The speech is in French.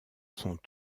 sont